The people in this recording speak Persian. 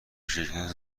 شرکت